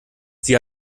sie